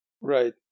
Right